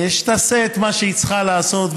שתעשה את מה שהיא צריכה לעשות,